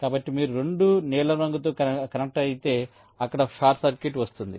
కాబట్టి మీరు రెండూ నీలం రంగుతో కనెక్ట్ అయితే అక్కడ షార్ట్ సర్క్యూట్ వస్తోంది